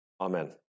Amen